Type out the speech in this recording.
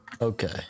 Okay